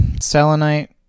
selenite